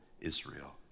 Israel